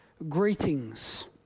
Greetings